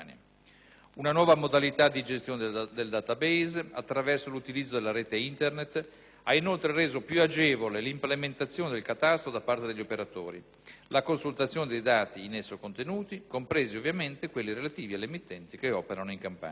Una nuova modalità di gestione del *database*, attraverso l'utilizzo della rete Internet ha, inoltre, reso più agevole l'implementazione del catasto da parte degli operatori e la consultazione dei dati in esso contenuti, compresi, ovviamente, quelli relativi alle emittenti che operano in Campania.